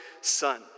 son